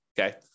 okay